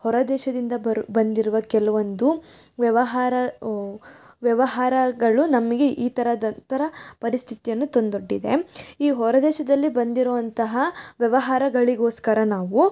ಹೊರದೇಶದಿಂದ ಬರು ಬಂದಿರುವ ಕೆಲವೊಂದು ವ್ಯವಹಾರ ವ್ಯವಹಾರಗಳು ನಮಗೆ ಈ ಥರದಂತಹ ಪರಿಸ್ಥಿತಿಯನ್ನು ತಂದೊಡ್ಡಿದೆ ಈ ಹೊರದೇಶದಲ್ಲಿ ಬಂದಿರುವಂತಹ ವ್ಯವಹಾರಗಳಿಗೋಸ್ಕರ ನಾವು